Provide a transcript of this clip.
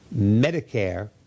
Medicare